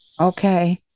Okay